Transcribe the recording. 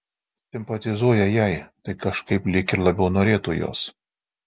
simpatizuoja jai tai kažkaip lyg ir labiau norėtų jos